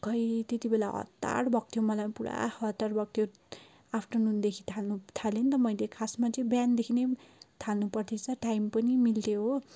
खै त्यति बेला हत्तार भएको थियो मलाई पुरा हतार भएको थियो आफ्टरनुनदेखि थाल्नु थालेँ नि त मैले खासमा चाहिँ बिहानदेखि नै थाल्नु पर्दोरहेछ टाइम पनि मिल्यो हो